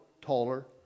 taller